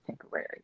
temporary